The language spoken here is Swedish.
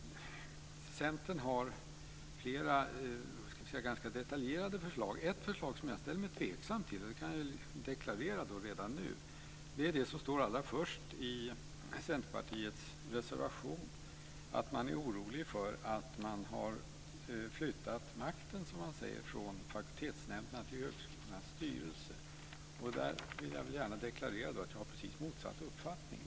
Centern har flera ganska detaljerade förslag. Ett förslag som jag ställer mig tveksam till - och det kan jag deklarera redan nu - är det som står allra först i Centerpartiets reservation. Man är orolig för att makten har, som man säger, flyttats från fakultetsnämnderna till högskolornas styrelse. Där vill jag gärna deklarera att jag har precis motsatt uppfattning.